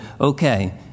okay